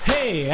Hey